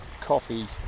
coffee